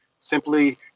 simply